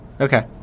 Okay